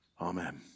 Amen